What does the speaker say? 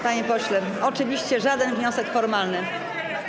Panie pośle, oczywiście to żaden wniosek formalny.